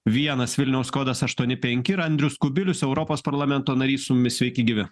vienas vilniaus kodas aštuoni penki ir andrius kubilius europos parlamento narys su mumis sveiki gyvi